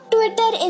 Twitter